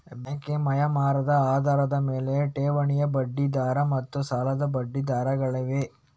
banking ವ್ಯವಹಾರದ ಆಧಾರದ ಮೇಲೆ, ಠೇವಣಿ ಬಡ್ಡಿ ದರ ಮತ್ತು ಸಾಲದ ಬಡ್ಡಿ ದರಗಳಿವೆ